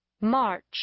March